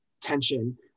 tension